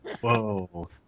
Whoa